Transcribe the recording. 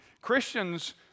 Christians